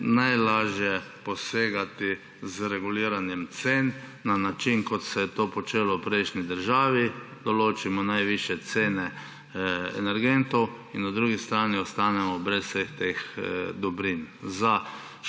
najlažje posegati z reguliranjem cen na način, kot se je to počelo v prejšnji državi − določimo najvišje cene energentov in na drugi strani ostanemo brez vseh teh dobrin